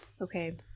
Okay